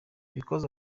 because